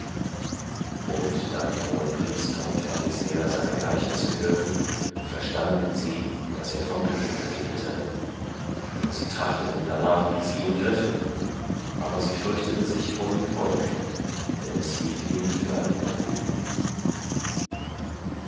und da die hohenpriester und pharisäer seine gleichnisse hörten verstanden sie daß er von ihnen redete und sie trachteten darnach wie sie ihn griffen aber sie fürchteten sich vor dem volk denn es hielt ihn für einen propheten